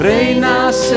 Reinas